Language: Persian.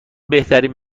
بهترین